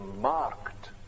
marked